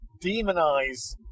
demonize